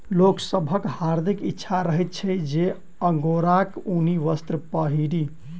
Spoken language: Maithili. लोक सभक हार्दिक इच्छा रहैत छै जे अंगोराक ऊनी वस्त्र पहिरी